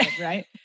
Right